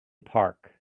park